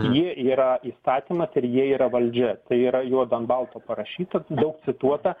jie yra įstatymas ir jie yra valdžia tai yra juodu ant balto parašyta daug cituota